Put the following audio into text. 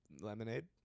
lemonade